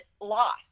lost